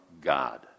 God